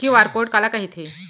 QR code काला कहिथे?